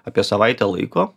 apie savaitę laiko